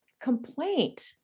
Complaint